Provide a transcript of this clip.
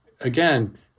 again